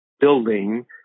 building